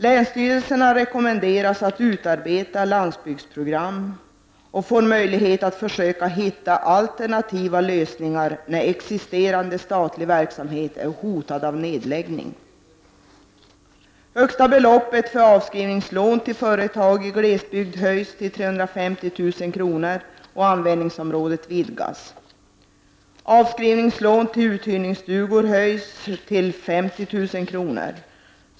Länsstyrelserna rekommenderas att utarbeta landsbygdsprogram och får möjlighet att försöka hitta alternativa lösningar när existerande statlig verksamhet är hotad av nedläggning. kr., och användningsområdet vidgas. Avskrivningslån till uthyrningsstugor höjs till högst 50000 kr.